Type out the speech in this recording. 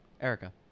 Erica